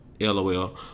lol